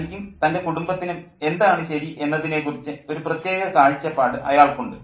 തനിക്കും തൻ്റെ കുടുംബത്തിനും എന്താണ് ശരി എന്നതിനെക്കുറിച്ച് ഒരു പ്രത്യേക കാഴ്ചപ്പാട് അയാൾക്കുണ്ട്